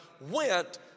went